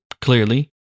clearly